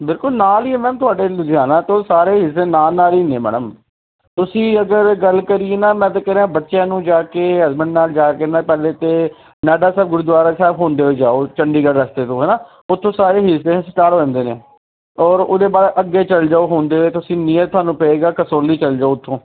ਬਿਲਕੁਲ ਨਾਲ ਹੀ ਮੈ ਤੁਹਾਡੇ ਲੁਧਿਆਣਾ ਤੋਂ ਸਾਰੇ ਇਸਦੇ ਨਾਲ ਨਾਲ ਹੀ ਨੇ ਮੈਡਮ ਤੁਸੀਂ ਅਗਰ ਗੱਲ ਕਰੀ ਨਾ ਮੈਂ ਤਾ ਕਹਿ ਰਿਹਾ ਬੱਚਿਆਂ ਨੂੰ ਜਾ ਕੇ ਹਸਬੈਂਡ ਨਾਲ ਜਾ ਕੇ ਮੈਂ ਪਹਿਲਾਂ ਤਾਂ ਨਾਢਾ ਸਾਹਿਬ ਗੁਰਦੁਆਰਾ ਸਾਹਿਬ ਹੁੰਦੇ ਹੋਏ ਜਾਓ ਚੰਡੀਗੜ ਰਸਤੇ ਤੋਂ ਹੈ ਨਾ ਉੱਥੋਂ ਸਾਰੇ ਹਿਲ ਸਟੇਸ਼ਨ ਸਟਾਰਟ ਹੁੰਦੇ ਨੇ ਔਰ ਉਹਦੇ ਬਾਅਦ ਅੱਗੇ ਚਲ ਜੋ ਹੁੰਦੇ ਹੋਏ ਤੁਸੀਂ ਨੀਅਰ ਤੁਹਾਨੂੰ ਪਏਗਾ ਕਸੋਲੀ ਚਲ ਜੋ ਉੱਥੋਂ